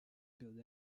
build